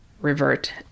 revert